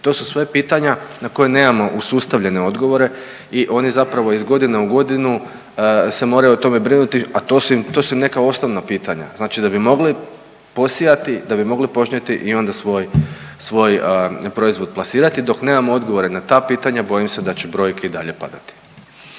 to su sve pitanja na koja nemamo ustavljene odgovore i oni zapravo iz godine u godinu se moraju o tome brinuti, a to su im neka osnovna pitanja, znači da bi mogli posijati, da bi mogli požnjeti i onda svoj proizvod plasirati. Dok nemamo odgovore na ta pitanja bojim se da će brojke i dalje padati.